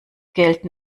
gelten